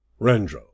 Rendro